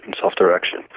self-direction